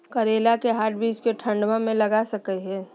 करेला के हाइब्रिड के ठंडवा मे लगा सकय हैय?